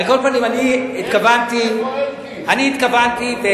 על כל פנים, אני התכוונתי, איפה אלקין?